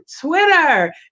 Twitter